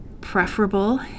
preferable